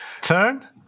turn